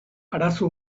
arazo